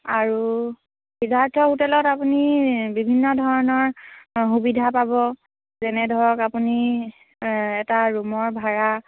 আৰু সিদ্ধাৰ্থ হোটেলত আপুনি বিভিন্ন ধৰণৰ সুবিধা পাব যেনে ধৰক আপুনি এটা ৰুমৰ ভাড়া